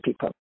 people